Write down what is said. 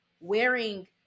wearing